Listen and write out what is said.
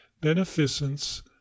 beneficence